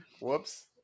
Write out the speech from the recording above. Whoops